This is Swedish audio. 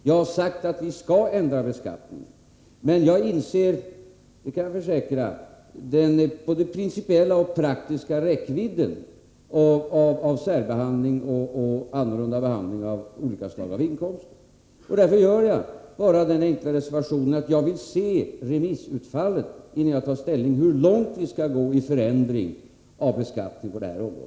Jag har sagt att vi skall ändra beskattningen, men jag inser — det kan jag försäkra — både den principiella och den praktiska räckvidden av att särbehandla olika slag av inkomster. Därför gör jag bara den enkla reservationen att jag vill se remissutfallet, innan jag tar ställning till hur långt vi skall gå i fråga om förändring av beskattningen på detta område.